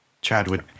Chadwick